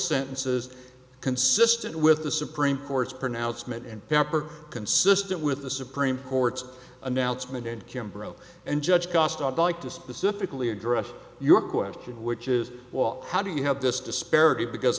sentences consistent with the supreme court's pronouncement and proper consistent with the supreme court's announcement and kimber oh and judge cost i'd like to specifically address your question which is wall how do you have this disparity because